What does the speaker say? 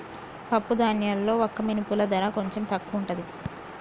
పప్పు ధాన్యాల్లో వక్క మినుముల ధర కొంచెం తక్కువుంటది